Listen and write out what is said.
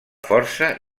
força